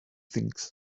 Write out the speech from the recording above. things